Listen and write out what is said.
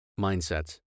mindsets